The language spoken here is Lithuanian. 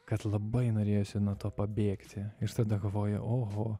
kad labai norėjosi nuo to pabėgti ir tada galvoju oho